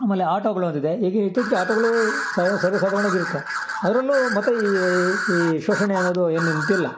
ಆಮೇಲೆ ಆಟೋಗಳೊಂದಿದೆ ಈಗ ಇತ್ತೀಚಿಗೆ ಆಟೋಗಳು ಸರ್ವೇ ಸಾದಾರ್ಣಾಗಿರತ್ತೆ ಅದರಲ್ಲೂ ಮತ್ತೆ ಈ ಈ ಶೋಷಣೆ ಅನ್ನೋದು ಏನು ನಿಂತಿಲ್ಲ